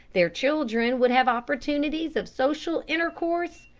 their children would have opportunities of social intercourse,